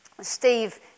Steve